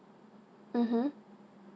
mmhmm